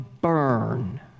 burn